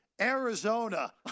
Arizona